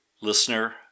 listener